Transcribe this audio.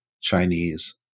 chinese